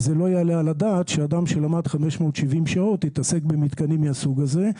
וזה לא יעלה על הדעת שאדם שלמד 570 שעות יתעסק במתקנים מהסוג הזה,